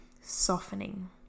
softening